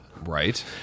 Right